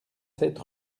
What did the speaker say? sept